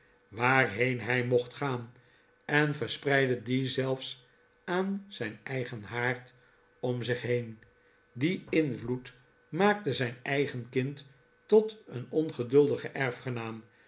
waarheen hij mocht gaan en verspreidde dien zelfs aan zijn eigen haard om zich heen die invloed maakte zijn eigen kind tot een ongeduldigen